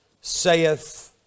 saith